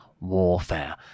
Warfare